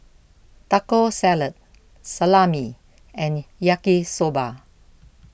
Taco Salad Salami and Yaki Soba